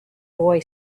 boy